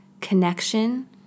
connection